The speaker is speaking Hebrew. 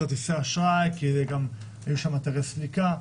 כרטיסי אשראי כי גם היו שם אתרי סליקה,